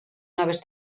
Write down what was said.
noves